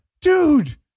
dude